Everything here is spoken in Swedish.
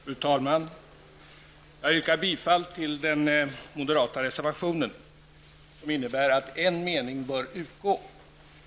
Fru talman! Jag yrkar bifall till den moderata reservationen som innebär att en mening i utskottets skrivning bör utgå.